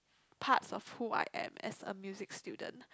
parts of who I am as a music student